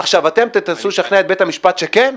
עכשיו, אתם תנסו לשכנע את בית המשפט שכן?